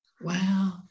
Wow